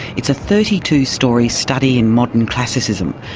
it's a thirty two storey study in modern classicism,